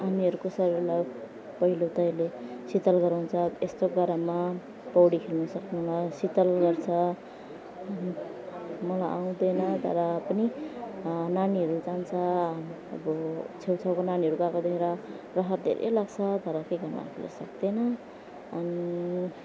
उनीहरूको शरीरलाई पहिलो पहिलो शीतल गराउँछ यस्तो गरममा पौडी खेल्नसक्नुमा शीतल गर्छ उहुँ मलाई आउँदैन तर पनि नानीहरू जान्छ अब छेउछाउको नानीहरू गएको देखेर रहर धेरै लाग्छ तर के गर्नु आफूले सकिँदैन अनि